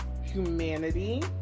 humanity